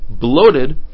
bloated